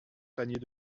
paniers